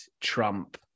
Trump